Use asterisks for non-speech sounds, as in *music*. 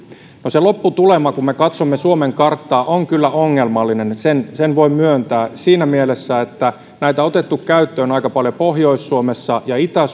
no se lopputulema kun me katsomme suomen karttaa on kyllä ongelmallinen sen sen voin myöntää siinä mielessä että näitä on otettu käyttöön aika paljon pohjois suomessa ja itä *unintelligible*